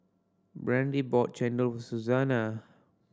Brandie bought chendol Suzanna